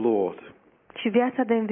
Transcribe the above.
Lord